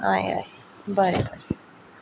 हय हय बरें बरें